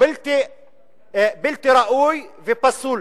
בלתי ראוי ופסול